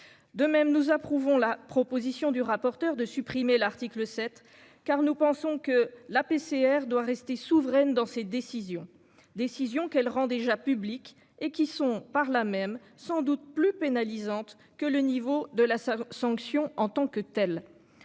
De même, nous approuvons la proposition du rapporteur de supprimer l'article 7 car nous pensons que la PCR doit rester souveraine dans ses décisions, décisions qu'elle rend déjà publiques et qui sont par là même sans doute plus pénalisante que le niveau de la sanction en tant que telle.